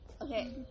Okay